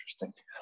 interesting